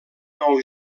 nou